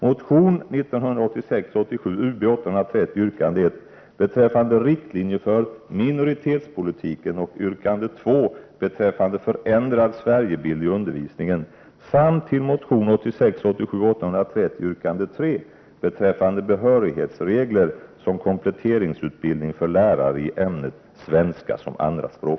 Jag yrkar också bifall till motion 1986 87:Ub830 yrkande 3 beträffande behörighetsregler som kompletteringsutbildning för lärare i ämnet svenska som andraspråk.